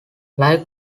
like